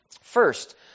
First